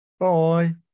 Bye